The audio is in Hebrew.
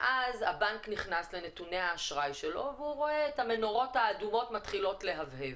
ואז הבנק נכנס לנתוני האשראי ורואה את המנורות האדומות מתחילות להבהב.